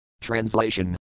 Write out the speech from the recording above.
Translation